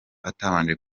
atabanje